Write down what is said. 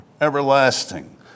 everlasting